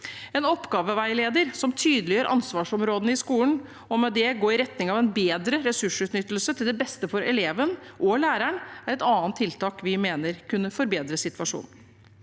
En oppgaveveileder som tydeliggjør ansvarsområdene i skolen, og med det går i retning av en bedre ressursutnyttelse til det beste for eleven – og læreren – er et annet tiltak vi mener kunne forbedre situasjonen.